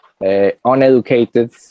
uneducated